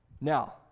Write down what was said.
Now